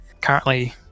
currently